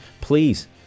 please